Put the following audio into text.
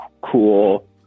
cool